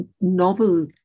novel